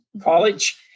college